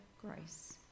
grace